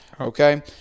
Okay